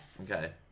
Okay